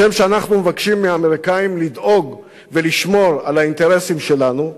כשם שאנחנו מבקשים מהאמריקנים לדאוג ולשמור על האינטרסים שלנו,